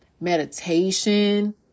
meditation